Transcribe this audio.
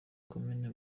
komini